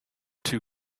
two